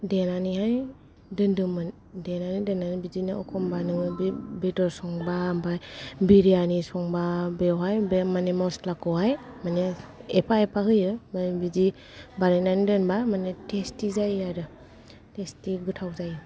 देनानैहाय दोनदोंमोन देनानै दोननानै एखमबा बिदिनो न' आव बेदर संबा बिरयानि संबा बेवहाय बे माने मसलाखौहाय एफा एफा होयो माने बिदि बानायनानै दोनबा टेस्टि जायो आरो टेस्टि गोथाव जायो